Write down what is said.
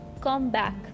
comeback